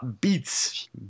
beats